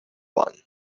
one